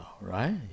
right